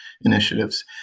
initiatives